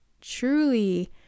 truly